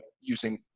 using